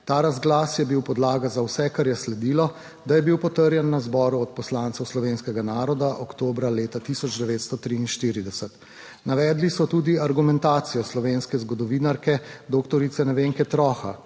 Ta razglas je bil podlaga za vse, kar je sledilo, da je bil potrjen na Zboru odposlancev slovenskega naroda oktobra leta 1943. Navedli so tudi argumentacijo slovenske zgodovinarke dr. Nevenke Troha,